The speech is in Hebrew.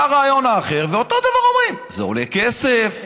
בא הרעיון האחר ואותו דבר אומרים: זה עולה כסף,